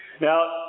Now